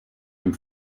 dem